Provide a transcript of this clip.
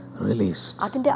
released